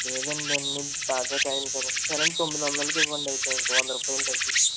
లేదండి అన్నీ తాజా కాయలు కదండి సరే అండి తొమ్మిది వందలకి ఇవ్వండి అయితే ఒక వంద రూపాయలు తగ్గించి